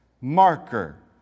marker